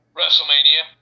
WrestleMania